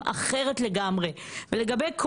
אנחנו גם